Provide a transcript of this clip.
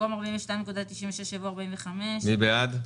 במקום 83.39 יבוא 90. מי בעד?